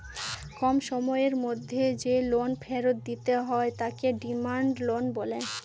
কম সময়ের মধ্যে যে লোন ফেরত দিতে হয় তাকে ডিমান্ড লোন বলে